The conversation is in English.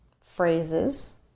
phrases